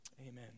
Amen